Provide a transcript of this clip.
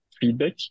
feedback